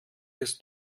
bis